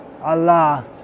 Allah